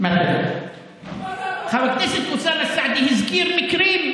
חבר הכנסת אוסאמה סעדי הזכיר מקרים,